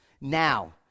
now